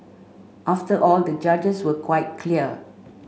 after all the judges were quite clear